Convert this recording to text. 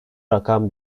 rakam